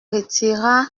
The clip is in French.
retira